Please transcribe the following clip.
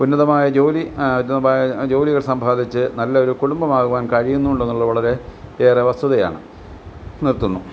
ഉന്നതമായ ജോലി ജോലികൾ സമ്പാദിച്ച് നല്ല ഒരു കുടുംബമാകുവാൻ കഴിയുന്നുണ്ട് എന്നുള്ളത് വളരെ ഏറെ വസ്തുതയാണ് നിർത്തുന്നു